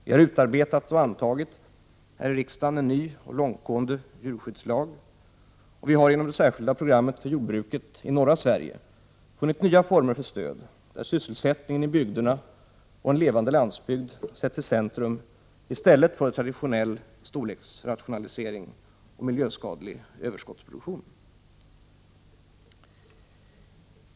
Vi har utarbetat och riksdagen har antagit en ny långtgående djurskyddslag, och vi har i det särskilda programmet för jordbruket i norra Sverige funnit nya former för stöd, där sysselsättningen i bygderna och en levande landsbygd sätts i centrum, i stället för traditionell storleksrationalisering och miljöskadlig överskottsproduktion.